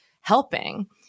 helping